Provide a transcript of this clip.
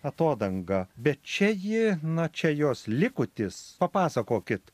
atodanga bet čia ji na čia jos likutis papasakokit